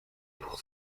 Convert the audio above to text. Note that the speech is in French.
pour